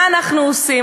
מה אנחנו עושים?